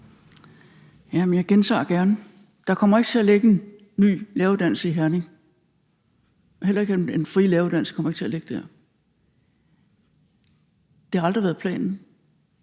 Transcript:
jeg gentager gerne: Der kommer ikke til at ligge en ny læreruddannelse i Herning; heller ikke den frie læreruddannelse kommer til at ligge